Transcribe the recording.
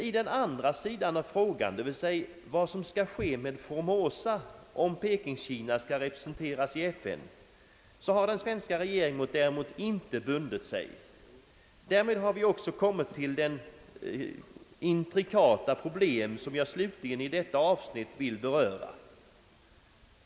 I den andra sidan av frågan, d. v. s. vad som skall ske med Formosa om Pekingkina skall representera i FN, har den svenska regeringen däremot inte bundit sig. Därmed har vi också kommit till det intrikata problem som jag slutligen i detta avsnitt vill beröra.